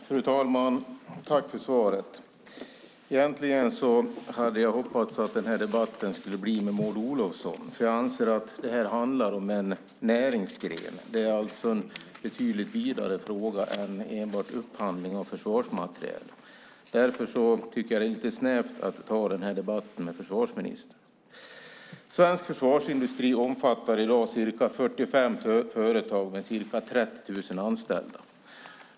Fru talman! Tack för svaret, ministern! Egentligen hade jag hoppats att den här debatten skulle föras med Maud Olofsson eftersom jag anser att det här handlar om en näringsgren. Det är alltså en betydligt vidare fråga än enbart upphandling av försvarsmateriel. Därför är det lite snävt att ta debatten med försvarsministern. Svensk försvarsindustri omfattar i dag ca 45 företag med ca 30 000 anställda.